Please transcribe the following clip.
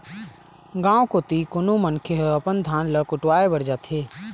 गाँव कोती कोनो मनखे ह अपन धान ल कुटावय बर जाथे